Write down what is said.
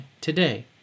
today